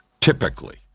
typically